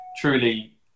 truly